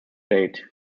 date